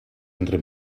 entre